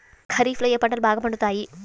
ఖరీఫ్లో ఏ పంటలు బాగా పండుతాయి?